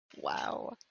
Wow